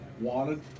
wanted